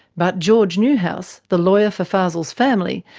but george newhouse, the lawyer for fazel's family,